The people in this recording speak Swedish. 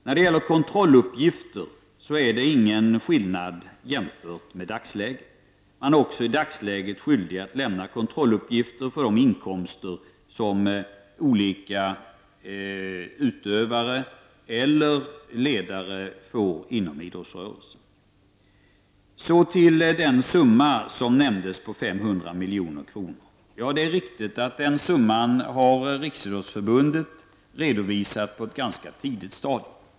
När det gäller kontrolluppgifter blir det ingen skillnad jämfört med dagsläget. Man är inom idrottsrörelsen även i dagsläget skyldig att lämna kontrolluppgifter för de inkomster som olika utövre eller ledare får. Så till den summa som nämndes, 500 miljoner. Det är riktigt att den summan har redovisats av Riksidrottsförbundet på ett ganska tidigt stadium.